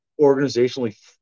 organizationally